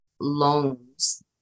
loans